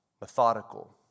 methodical